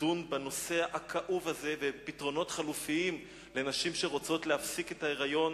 לדון בנושא הכאוב הזה ובפתרונות חלופיים לנשים שרוצות להפסיק את ההיריון